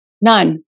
none